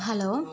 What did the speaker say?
hello